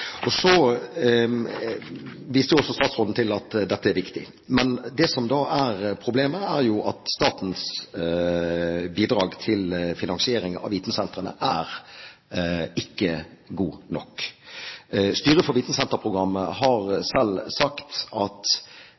Statsråden viste til at dette er viktig. Men det som er problemet, er at statens bidrag til finansiering av vitensentrene ikke er god nok. Styret for Vitensenterprogrammet har selv sagt at